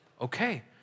okay